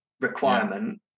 requirement